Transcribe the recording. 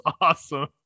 awesome